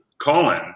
Colin